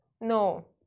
No